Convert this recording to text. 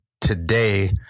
today